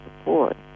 support